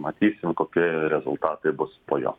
matysim kokie rezultatai bus po jo